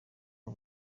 the